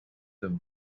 the